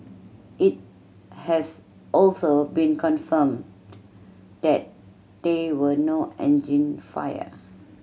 it has also been confirmed that there were no engine fire